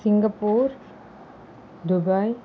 Singapore Dubai